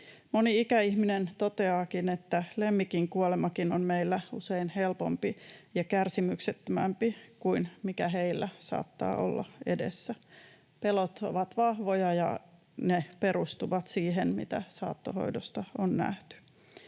Moni ikäihminen toteaakin, että lemmikin kuolemakin on meillä usein helpompi ja kärsimyksettömämpi kuin mikä heillä saattaa olla edessä. Pelot ovat vahvoja, ja ne perustuvat siihen, mitä saattohoidosta on nähty.